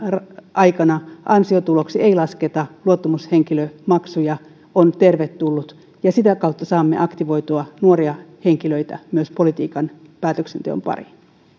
aikana ansiotuloksi ei lasketa luottamushenkilömaksuja on tervetullut ja sitä kautta saamme aktivoitua nuoria henkilöitä myös politiikan päätöksenteon pariin